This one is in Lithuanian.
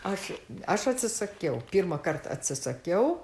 aš aš atsisakiau pirmąkart atsisakiau